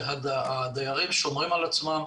שהדיירים שומרים על עצמם.